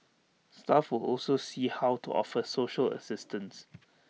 staff will also see how to offer social assistance